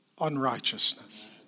unrighteousness